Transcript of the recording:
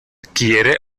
quiere